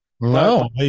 No